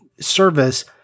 service